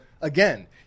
again